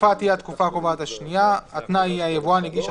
התקופה הקובעת השנייה היבואן הגיש,